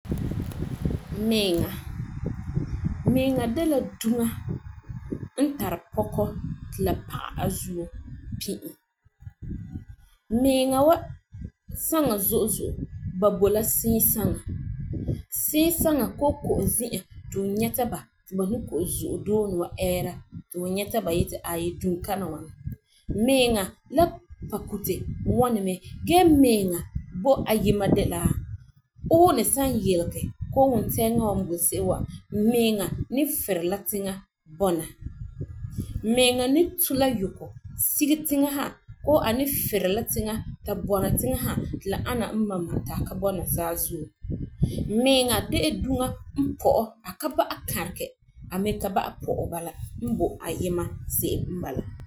Mɛɛŋa, mɛ'ɛŋa de la duŋa n tari pɔkɔ ti la pagɛ a zuo pi e. Mɛɛŋa was saŋa zo'e zo'e ba bo la siin saŋa. Sii saŋa koo ko'om zi'an ti hu nyɛ ta ba ti ba ni ko'om zo'e done was eera ti hu nyɛ ta ba yeti aayi dunkana ŋwana. Mɛɛŋa la Pukutɛ ŋwani mɛ gee mɛɛŋa bo ayima de la uunɛ san yelege koo wuntɛɛŋa was boi se'em wa, mɛɛŋa nibferɛ ma tiŋa bɔna. Mɛɛŋa ni tu LA yuko siege tiŋa koo ferɛ la tiŋa bii bɔna tiŋa ha ti la ani e ma ma ta ka bɔta saazuo. Mɛɛŋa de la duŋa n pɔ'ɛ Anna ba'a karegɛ a mi la ba'a pɔ'ɛ ba la n bo ayima se'em n bala.